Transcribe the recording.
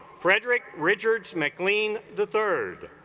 frederick richards mclean the third